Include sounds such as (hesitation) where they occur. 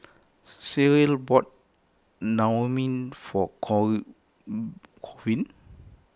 (noise) Cyril bought Naengmyeon for core (hesitation) queen